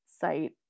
site